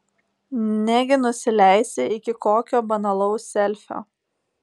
negi nusileisi iki kokio banalaus selfio